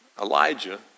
Elijah